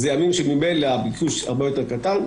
זה ימים שממילא הביקוש הרבה יותר קטן.